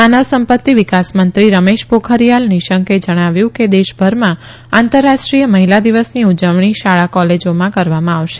માનવ સં ત્તિ વિકાસમંત્રી રમેશ ોખરીયાલ નિશંકે જણાવ્યું કે દેશભરમાં આંતરરાષ્ટ્રીય મહિલા દિવસની ઉજવણી શળા કોલેજોમાં કરવામાં આવશે